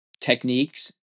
techniques